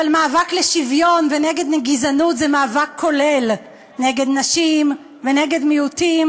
אבל מאבק לשוויון ונגד גזענות זה מאבק כולל נגד נשים ונגד מיעוטים,